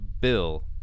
bill